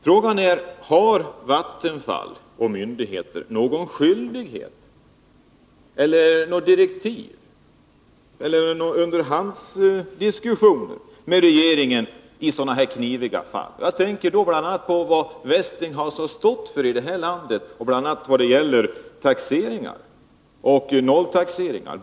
Frågan är: Har Vattenfall och myndigheter någon skyldighet eller något direktiv att ha underhandsdiskussioner med regeringen i sådana här kniviga fall? Jag tänker då bl.a. på vad Westinghouse har stått för i det här landet, t.ex. när det gäller taxeringar och nolltaxeringar.